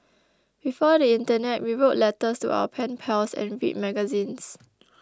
before the internet we wrote letters to our pen pals and read magazines